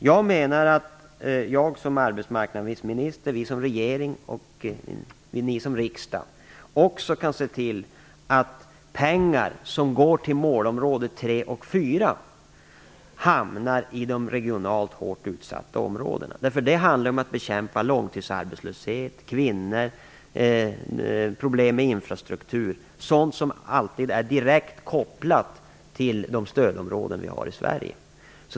Jag menar att jag som arbetsmarknadsminister, regeringen och riksdagen skall se till att pengar som går till målområde 3 och 4 hamnar i de regionalt hårt utsatta områdena. Det handlar om att bekämpa långtidsarbetslöshet, förbättra situationen för kvinnor och problem med infrastruktur, något som är direkt kopplat till de stödområden vi har i Sverige.